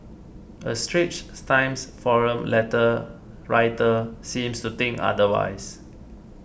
a Straits Times forum letter writer seems to think otherwise